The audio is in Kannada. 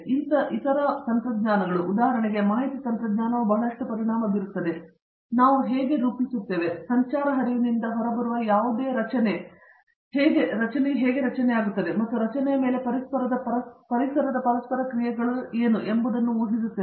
ನಂತರ ಇತರ ತಂತ್ರಜ್ಞಾನಗಳು ಉದಾಹರಣೆಗೆ ಮಾಹಿತಿ ತಂತ್ರಜ್ಞಾನವು ಬಹಳಷ್ಟು ಪರಿಣಾಮ ಬೀರುತ್ತದೆ ನಾವು ಹೇಗೆ ರೂಪಿಸುತ್ತೇವೆ ಮತ್ತು ಸಂಚಾರ ಹರಿವಿನಿಂದ ಹೊರಬರುವ ಯಾವುದೇ ರಚನೆಯು ಹೇಗೆ ರಚನೆಯಾಗುತ್ತದೆ ಮತ್ತು ರಚನೆಯ ಮೇಲೆ ಪರಿಸರದ ಪರಸ್ಪರ ಕ್ರಿಯೆಗಳು ಹೇಗೆ ಎಂಬುದನ್ನು ನಾವು ಊಹಿಸುತ್ತೇವೆ